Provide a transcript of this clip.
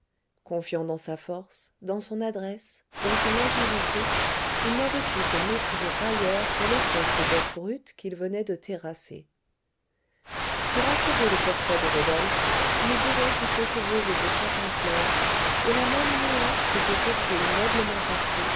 confiant dans sa force dans son adresse dans son agilité il n'avait eu qu'un mépris railleur pour l'espèce de bête brute qu'il venait de terrasser pour achever le portrait de rodolphe nous dirons que ses cheveux étaient châtain clair de la même nuance que ses sourcils noblement arqués